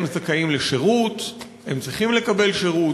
הם זכאים לשירות, הם צריכים לקבל שירות.